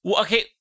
Okay